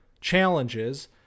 challenges